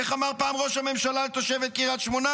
איך אמר פעם ראש הממשלה לתושבת קריית שמונה?